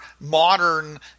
modern